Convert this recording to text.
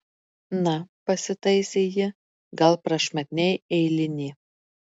na pasitaisė ji gal prašmatniai eilinė